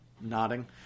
nodding